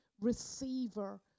receiver